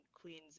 Queens